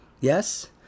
Yes